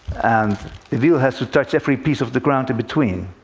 and the wheel has to touch every piece of the ground in-between.